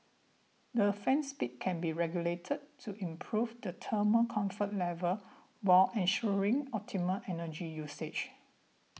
the fan speed can be regulated to improve the thermal comfort level while ensuring optimal energy usage